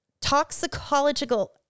toxicological